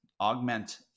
Augment